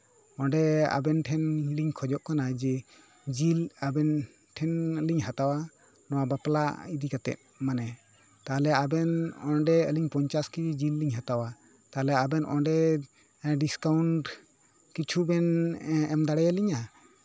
ᱚᱸᱰᱮ ᱟᱵᱮᱱ ᱴᱷᱮᱱ ᱞᱤᱧ ᱠᱷᱚᱡᱚᱜ ᱠᱟᱱᱟ ᱡᱮ ᱡᱤᱞ ᱟᱵᱮᱱ ᱴᱷᱮᱱ ᱞᱤᱧ ᱦᱟᱛᱟᱣᱟ ᱱᱚᱣᱟ ᱵᱟᱯᱞᱟ ᱤᱫᱤ ᱠᱟᱛᱮᱜ ᱢᱟᱱᱮ ᱛᱟᱦᱞᱮ ᱟᱵᱮᱱ ᱚᱸᱰᱮ ᱟᱞᱤᱧ ᱯᱚᱧᱪᱟᱥ ᱠᱮᱹᱡᱤ ᱡᱤᱞ ᱞᱤᱧ ᱦᱟᱛᱟᱣᱟ ᱛᱟᱦᱞᱮ ᱟᱵᱮᱱ ᱚᱸᱰᱮ ᱰᱤᱥᱠᱟᱣᱩᱱᱴ ᱠᱤᱪᱷᱩ ᱵᱮᱱ ᱮᱢ ᱫᱟᱲᱮᱭᱟᱞᱤᱧᱟ